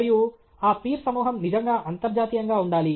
మరియు ఆ పీర్ సమూహం నిజంగా అంతర్జాతీయంగా ఉండాలి